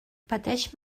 pateix